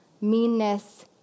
meanness